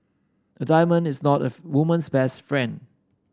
a diamond is not of woman's best friend